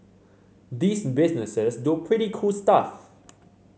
these businesses do pretty cool stuff